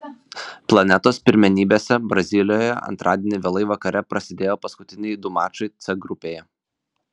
planetos pirmenybėse brazilijoje antradienį vėlai vakare prasidėjo paskutiniai du mačai c grupėje